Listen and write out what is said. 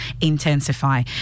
intensify